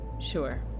Sure